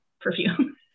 perfume